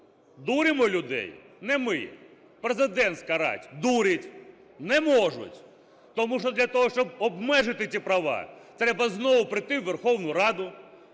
Дуримо людей не ми. Президентська рать дурить. Не можуть. Тому що для того, щоб обмежити ті права, треба знову прийти у Верховну Раду,